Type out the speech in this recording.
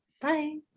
Bye